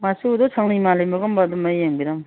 ꯃꯆꯨꯗꯣ ꯁꯪꯂꯩ ꯃꯥꯜꯂꯩꯅꯕꯒꯨꯝꯕ ꯃꯌꯦꯡꯕꯤꯔꯝꯃꯣ